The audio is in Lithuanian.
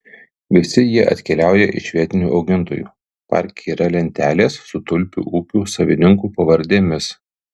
visi jie atkeliauja iš vietinių augintojų parke yra lentelės su tulpių ūkių savininkų pavardėmis